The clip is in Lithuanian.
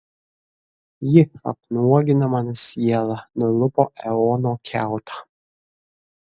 ji apnuogino mano sielą nulupo eono kiautą